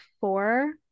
four